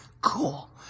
cool